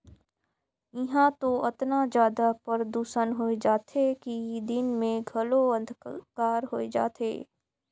इहां तो अतना जादा परदूसन होए जाथे कि दिन मे घलो अंधिकार होए जाथे